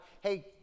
hey